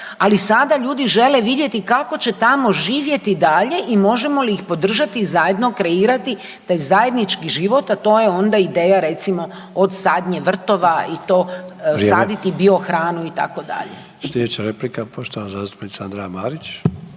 ali sada ljudi žele vidjeti kako će tamo živjeti dalje i možemo li ih podržati i zajedno kreirati taj zajednički život, a to je onda ideja recimo od sadnje vrtova i to, saditi biohranu …/Upadica Sanader: vrijeme./… itd. **Sanader,